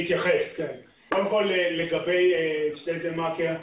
קודם כול, לגבי ג'דיידה מכר.